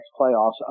playoffs